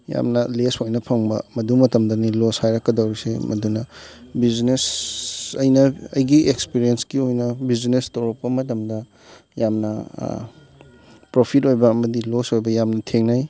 ꯌꯥꯝꯅ ꯂꯦꯁ ꯑꯣꯏꯅ ꯐꯪꯕ ꯃꯗꯨ ꯃꯇꯝꯗꯅꯤ ꯂꯣꯁ ꯍꯥꯏꯔꯛꯀꯗꯧꯔꯤꯁꯦ ꯃꯗꯨꯅ ꯕꯤꯖꯤꯅꯦꯁ ꯑꯩꯅ ꯑꯩꯒꯤ ꯑꯦꯛꯁꯄꯤꯔꯤꯌꯦꯟꯁꯀꯤ ꯑꯣꯏꯅ ꯕꯤꯖꯤꯅꯦꯁ ꯇꯧꯔꯛꯄ ꯃꯇꯝꯗ ꯌꯥꯝꯅ ꯄ꯭ꯔꯣꯐꯤꯠ ꯑꯣꯏꯕ ꯑꯃꯗꯤ ꯂꯣꯁ ꯑꯣꯏꯕ ꯌꯥꯝ ꯊꯦꯡꯅꯩ